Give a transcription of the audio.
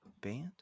band